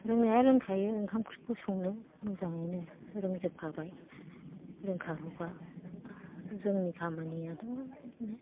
रोंनाया रोंखायो ओंखाम ओंख्रिखौ संनो मोजाङैनो रोंजोबखाबाय रोंखागौखा जोंनि खामानियाथ' बिदिनो